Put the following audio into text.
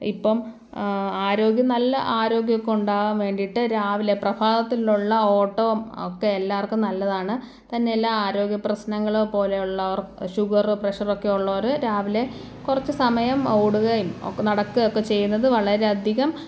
ഇപ്പം ആരോഗ്യം നല്ല ആരോഗ്യം ഒക്കെ ഉണ്ടാവാൻ വേണ്ടിയിട്ട് രാവിലെ പ്രഭാതത്തിലുള്ള ഓട്ടവും ഒക്കെ എല്ലാവർക്കും നല്ലതാണ് തന്നെയല്ല ആരോഗ്യ പ്രശ്നങ്ങളോ പോലെയുള്ളവർ ഷുഗറ് പ്രഷറൊക്കെ ഉള്ളവര് രാവിലെ കുറച്ചു സമയം ഓടുകയും ഒക്കെ നടക്കുകയൊക്കെ ചെയ്യുന്നത് വളരേയധികം